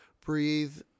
breathe